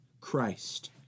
Christ